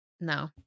No